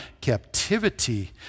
captivity